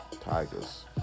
Tigers